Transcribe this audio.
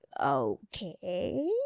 okay